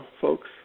folks